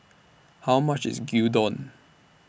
How much IS Gyudon